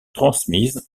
transmises